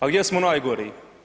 A gdje smo najgori?